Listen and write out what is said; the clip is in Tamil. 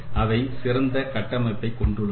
அவை சிறந்த கட்டமைப்பை கொண்டுள்ளது